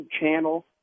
channel